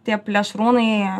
tie plėšrūnai